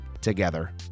together